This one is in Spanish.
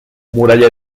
muralla